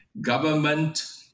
government